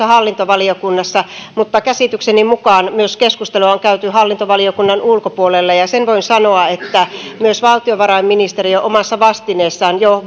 hallintovaliokunnassa mutta käsitykseni mukaan keskustelua on käyty hallintovaliokunnan ulkopuolella sen voin sanoa että myös valtiovarainministeriö omassa vastineessaan jo